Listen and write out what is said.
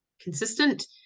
consistent